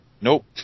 Nope